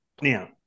now